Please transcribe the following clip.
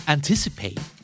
Anticipate